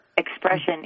Expression